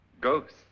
Ghosts